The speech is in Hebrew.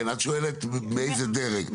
כן, את שואלת מאיזה דרג.